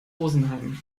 rosenheim